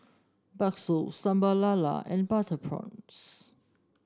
bakso Sambal Lala and Butter Prawns